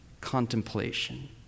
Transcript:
contemplation